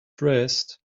dressed